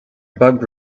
bug